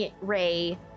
Ray